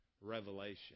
Revelation